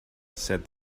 said